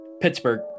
Pittsburgh